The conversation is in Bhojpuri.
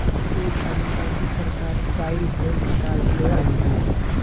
ए घड़ी मोदी सरकार साइल हेल्थ कार्ड ले आइल बिया